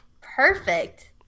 Perfect